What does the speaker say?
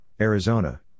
Arizona